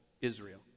Israel